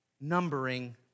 numbering